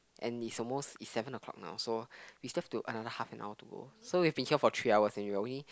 and it's almost it's seven o-clock now so we still have another half and hour to go so we've been will be here for three hours and we're only